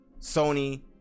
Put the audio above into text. Sony